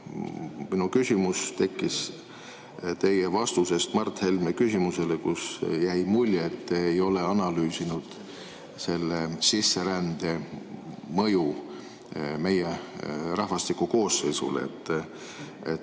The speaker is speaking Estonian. minu küsimus tekkis teie vastusest Mart Helme küsimusele, millest jäi mulje, et te ei ole analüüsinud sisserände mõju meie rahvastiku koosseisule. Ma